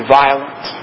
violent